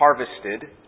harvested